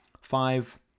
five